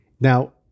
Now